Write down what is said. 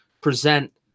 present